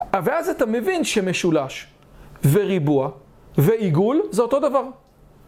ואז אתה מבין שמשולש וריבוע ועיגול זה אותו דבר.